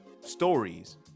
stories